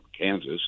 Kansas